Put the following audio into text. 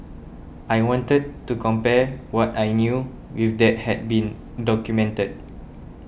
I wanted to compare what I knew with that had been documented